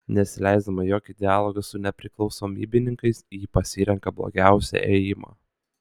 nesileisdama į jokį dialogą su nepriklausomybininkais ji pasirenka blogiausią ėjimą